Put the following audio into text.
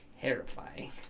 terrifying